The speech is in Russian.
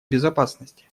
безопасности